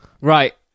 right